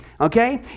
okay